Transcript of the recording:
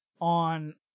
on